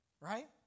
Right